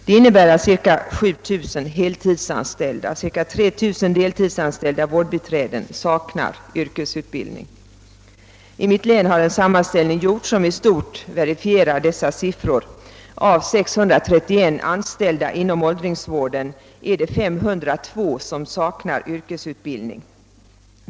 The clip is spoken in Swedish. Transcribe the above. Det innebär att cirka 7 000 heltidsanställda och cirka 3 000 deltidsanställda vårdbiträden saknar yrkesutbildning. I mitt län har en sammanställning gjorts som i stort verifierar dessa uppgifter. Av 631 anställda inom åldringsvården saknar 502 yrkesutbildning.